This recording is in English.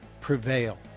prevail